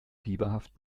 fieberhaft